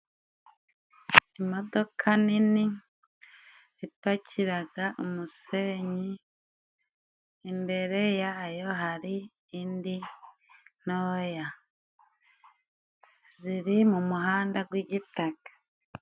Imodoka nini ipakiraga umusenyi, imbere yayo hari indi ntoya, ziri mu muhanda gw'igitaka.